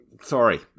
sorry